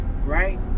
right